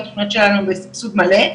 הסבסוד מלא,